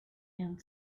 and